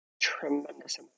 Tremendous